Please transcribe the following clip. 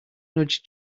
nudge